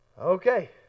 Okay